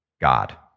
God